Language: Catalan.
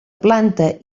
planta